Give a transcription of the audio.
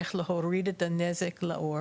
איך להוריד את הנזק לעור